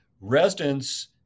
residents